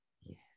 Yes